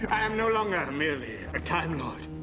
i am no longer merely a time lord!